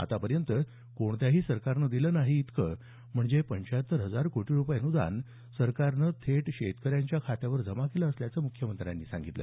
आतापर्यंत कोणत्याही सरकारनं दिलं नाही इतकं म्हणजे पंचाहत्तर हजार कोटी रुपये अनुदान सरकारनं थेट शेतकऱ्यांच्या खात्यावर जमा केलं असल्याचं मुख्यमंत्र्यांनी सांगितलं